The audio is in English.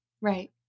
Right